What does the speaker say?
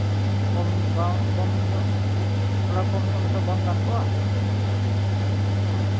ᱠᱚᱢ ᱵᱟ ᱠᱚᱢᱧᱚᱜ ᱛᱷᱚᱲᱟ ᱠᱚᱢ ᱧᱚᱜ ᱞᱮᱠᱷᱟᱡ ᱵᱟᱝ ᱜᱟᱱ ᱠᱚᱜᱼᱟ